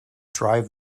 drive